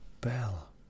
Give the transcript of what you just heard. bell